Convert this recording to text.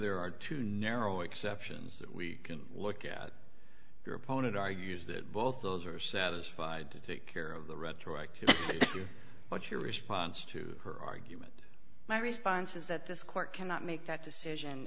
there are two narrow exceptions that we can look at your opponent argues that both of those are satisfied to take care of the retroactive what's your response to her argument my response is that this court cannot make that decision